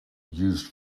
used